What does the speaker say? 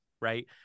right